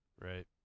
Right